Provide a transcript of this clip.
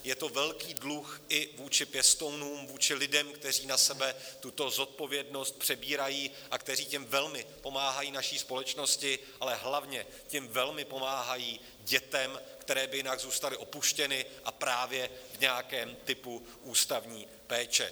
Je to velký dluh i vůči pěstounům, vůči lidem, kteří na sebe tuto zodpovědnost přebírají a kteří tím velmi pomáhají naší společnosti, ale hlavně tím velmi pomáhají dětem, které by jinak zůstaly opuštěné a právě v nějakém typu ústavní péče.